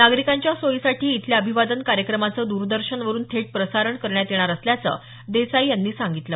नागरिकांच्या सोयीसाठी इथल्या अभिवादन कार्यक्रमाचं द्रदर्शन वरुन थेट प्रसारण करण्यात येणार असल्याचं देसाई यांनी सांगितलं